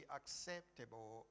acceptable